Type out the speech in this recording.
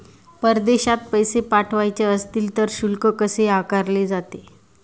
परदेशात पैसे पाठवायचे असतील तर शुल्क कसे आकारले जाते?